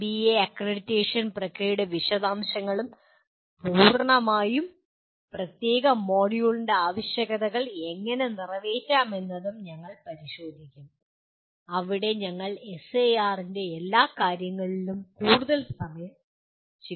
NBA accreditation പ്രക്രിയയുടെ വിശദാംശങ്ങളും പൂർണ്ണമായും പ്രത്യേക മൊഡ്യൂളിൽ ആവശ്യകതകൾ എങ്ങനെ നിറവേറ്റാമെന്നതും ഞങ്ങൾ പരിശോധിക്കും അവിടെ ഞങ്ങൾ എസ്എആർ ന്റെ എല്ലാ കാര്യങ്ങളിലും കൂടുതൽ സമയം ചെലവഴിക്കുന്നു